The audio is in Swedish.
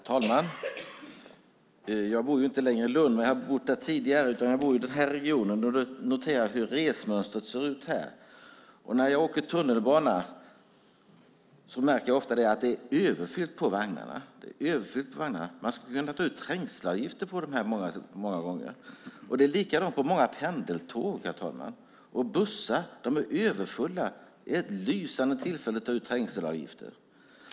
Herr talman! Jag bor inte längre i Lund, men har bott där tidigare. Nu bor jag i den här regionen och noterar hur resmönstret ser ut här. När jag åker tunnelbana märker jag ofta att det är överfyllt i vagnarna. Man skulle kunna ta ut trängselavgifter många gånger. Det är likadant på många pendeltåg, herr talman. Och bussarna! De är överfulla. Ett lysande tillfälle att ta ut trängselavgifter!